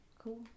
Cool